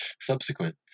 subsequent